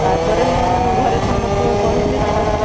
ତା'ପରେ ମୁଁ ଘରେ ସମସ୍ତଙ୍କୁ କହିବି ଯିବା